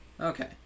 Okay